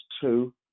two